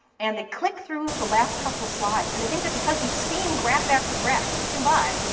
and they click through the last couple of slides. and they think that because you've seen graph after graph clicking by,